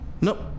Nope